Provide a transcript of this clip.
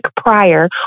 prior